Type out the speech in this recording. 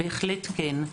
בהחלט כן.